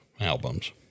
albums